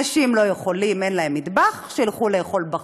אנשים לא יכולים, אין להם מטבח, שילכו לאכול בחוץ.